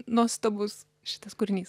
nuostabus šitas kūrinys